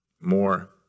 more